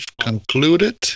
concluded